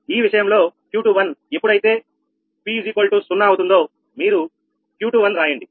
ఈ విషయంలో Q21 ఎప్పుడైతే p 0 అవుతుందో మీరు Q21 రాయండి